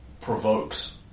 provokes